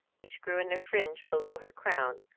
which grew in a fringe below her crown,